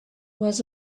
was